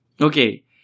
Okay